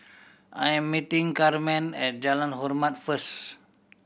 I am meeting Carmen at Jalan Hormat first